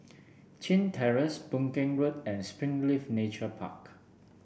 Chin Terrace Boon Keng Road and Springleaf Nature Park